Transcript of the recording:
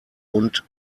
und